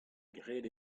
graet